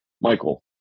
Michael